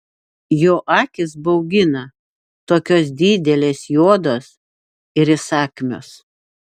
jo akys baugina tokios didelės juodos ir įsakmios